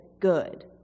good